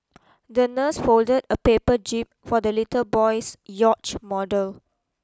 the nurse folded a paper jib for the little boy's yacht model